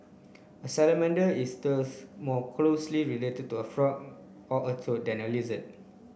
a salamander is thus more closely related to a frog or a toad than a lizard